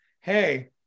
Hey